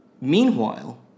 Meanwhile